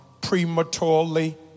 prematurely